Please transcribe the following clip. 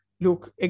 Look